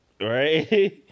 right